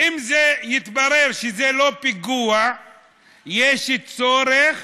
אם יתברר שזה לא פיגוע יש צורך